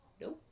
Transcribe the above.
No